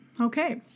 Okay